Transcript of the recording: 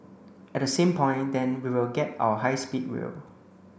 at the same point then we will get our high speed rail